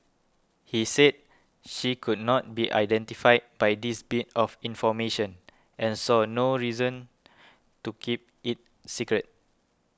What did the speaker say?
he said she could not be identified by this bit of information and saw no reason to keep it secret